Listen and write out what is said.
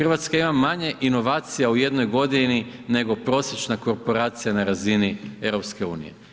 RH ima manje inovacija u jednoj godini, nego prosječna korporacija na razini EU.